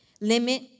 limit